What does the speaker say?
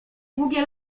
długie